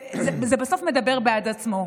בסוף זה מדבר בעד עצמו.